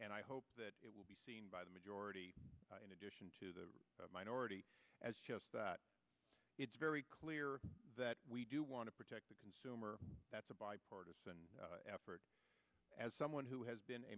and i hope that it will be seen by the majority in addition to the minority as just that it's very clear that we do want to protect the consumer that's a bipartisan effort as someone who has been a